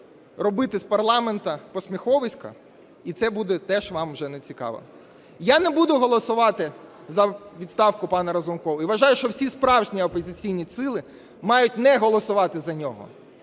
робити з парламенту посміховисько, і це буде теж вам уже нецікаво. Я не буду голосувати за відставку пана Разумкова. І вважаю, що всі справжні опозиційні сили мають не голосувати за нього.